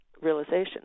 realization